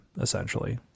essentially